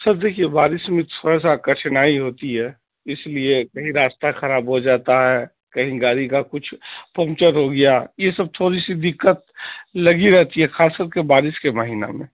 سر دیکھیے بارش میں تھوڑا سا کٹھینائی ہوتی ہے اس لیے کہیں راستہ خراب ہو جاتا ہے کہیں گاڑی کا کچھ پنکچر ہو گیا یہ سب تھوڑی سی دِقّت لگی رہتی ہے خاص طور سے بارش کے مہینہ میں